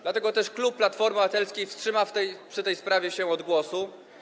Dlatego też klub Platformy Obywatelskiej wstrzyma się przy tej sprawie od głosu.